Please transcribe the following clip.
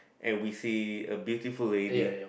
and we see a beautiful lady